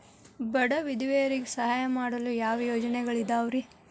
ಬಡ ವಿಧವೆಯರಿಗೆ ಸಹಾಯ ಮಾಡಲು ಯಾವ ಯೋಜನೆಗಳಿದಾವ್ರಿ?